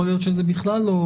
יכול להיות שזה בכלל לא